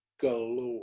galore